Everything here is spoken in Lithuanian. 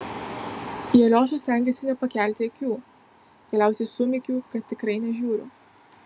į aliošą stengiuosi nepakelti akių galiausiai sumykiu kad tikrai nežiūriu